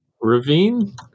Ravine